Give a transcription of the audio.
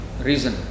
reason